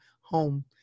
home